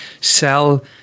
sell